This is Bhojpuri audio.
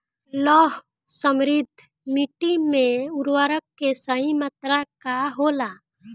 लौह समृद्ध मिट्टी में उर्वरक के सही मात्रा का होला?